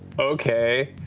okay.